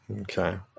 Okay